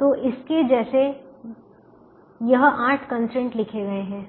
तो इसके जैसे यह आठ कंस्ट्रेंट लिखे गए हैं